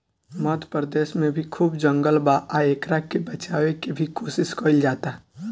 मध्य प्रदेश में भी खूब जंगल बा आ एकरा के बचावे के भी कोशिश कईल जाता